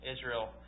Israel